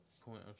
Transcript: point